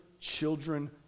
children